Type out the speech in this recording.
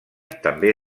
també